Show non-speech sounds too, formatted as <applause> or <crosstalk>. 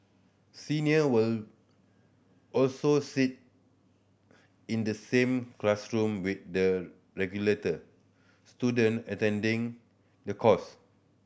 senior will also sit in the same classroom with the <unintelligible> student attending the course